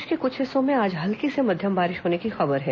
प्रदेश के कुछ हिस्सों में आज हल्की से मध्यम बारिश होने की खबर है